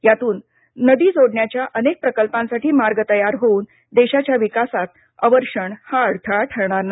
यातून नदी जोडण्याच्या अनेक प्रकल्पांसाठी मार्ग तयार होऊन देशाच्या विकासात अवर्षण हा अडथळा ठरणार नाही